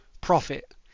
profit